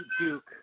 Duke